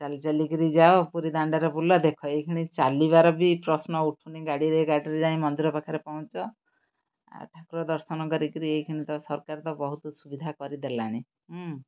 ଚାଲି ଚାଲିକିରି ଯାଅ ପୁରୀ ଦାଣ୍ଡରେ ବୁଲ ଦେଖ ଏଇଖିଣି ଚାଲିବାର ବି ପ୍ରଶ୍ନ ଉଠୁନି ଗାଡ଼ିରେ ଗାଡ଼ିରେ ଯାଇ ମନ୍ଦିର ପାଖରେ ପହଞ୍ଚ ଆଉ ଠାକୁର ଦର୍ଶନ କରିକିରି ଏଇଖିଣି ତ ସରକାର ତ ବହୁତ ସୁବିଧା କରିଦେଲାଣି